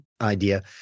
idea